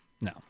no